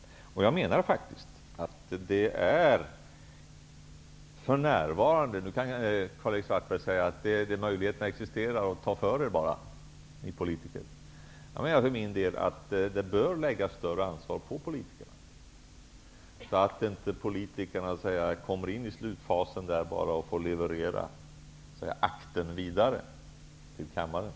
Jag menar faktiskt -- Karl-Erik Svartberg kan naturligtvis säga att möjligheterna existerar och att det bara är att ta för sig för oss politiker -- att ett större ansvar bör läggas på politikerna. Politikerna kan inte bara komma in i slutfasen för att leverera ''akten'' till kammaren.